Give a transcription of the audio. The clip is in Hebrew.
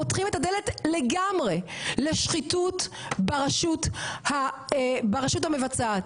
פותחים את הדלת לגמרי לשחיתות ברשות המבצעת.